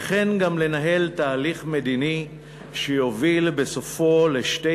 וכן לנהל תהליך מדיני שיוביל בסופו לשתי